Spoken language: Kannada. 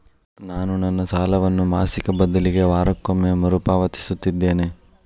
ನಾನು ನನ್ನ ಸಾಲವನ್ನು ಮಾಸಿಕ ಬದಲಿಗೆ ವಾರಕ್ಕೊಮ್ಮೆ ಮರುಪಾವತಿಸುತ್ತಿದ್ದೇನೆ